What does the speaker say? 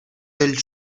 del